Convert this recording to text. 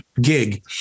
gig